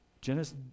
Genesis